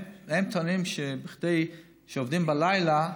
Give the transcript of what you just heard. הם טוענים שעובדים בלילה,